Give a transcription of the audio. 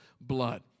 blood